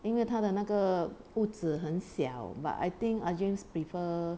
因为他的那个屋子很小 but I think ah jean prefer